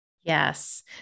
Yes